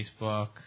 Facebook